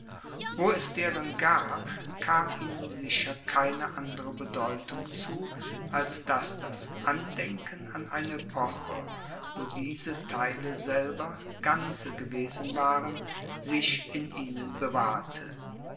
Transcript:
wo es deren gab kam ihnen sicher keine andere bedeutung zu als dass das andenken an eine epoche wo diese teile selber ganze gewesen waren sich in ihnen bewahrte